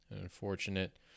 unfortunate